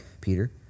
Peter